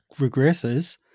regresses